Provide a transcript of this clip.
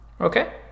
Okay